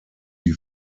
die